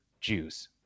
Jews